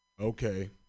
Okay